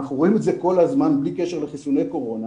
אנחנו רואים את זה כל הזמן בלי קשר לחיסוני קורונה,